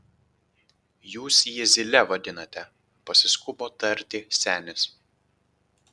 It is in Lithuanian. jūs jį zyle vadinate pasiskubino tarti senis